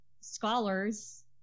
scholars